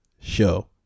show